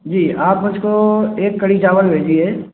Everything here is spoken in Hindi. जी आप मुझको एक कढ़ी चावल भेजिए